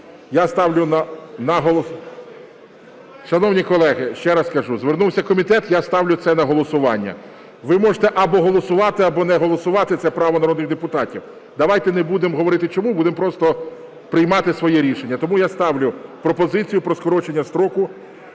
Я ставлю… Шановні колеги, ще раз кажу. Звернувся комітет я ставлю це на голосування. Ви можете або голосувати, або не голосувати, це право народних депутатів. Давайте не будемо говорити чому, будемо просто приймати своє рішення. Тому я ставлю пропозицію про скорочення строку